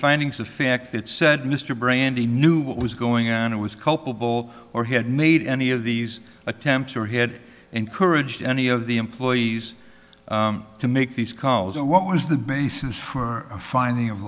findings of fact that said mr brandy knew what was going on and was culpable or had made any of these attempts or he had encouraged any of the employees to make these calls and what was the basis for a finding of